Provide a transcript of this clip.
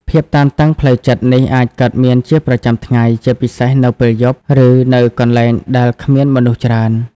ភាពតានតឹងផ្លូវចិត្តនេះអាចកើតមានជាប្រចាំ ជាពិសេស នៅពេលយប់ ឬនៅកន្លែងដែល គ្មានមនុស្សច្រើន។